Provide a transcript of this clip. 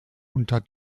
unter